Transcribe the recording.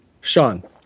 Sean